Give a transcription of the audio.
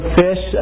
fish